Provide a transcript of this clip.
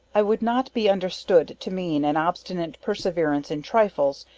i would not be understood to mean an obstinate perseverance in trifles,